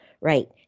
right